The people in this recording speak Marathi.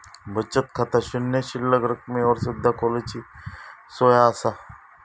बचत खाता शून्य शिल्लक रकमेवर सुद्धा खोलूची सोया असा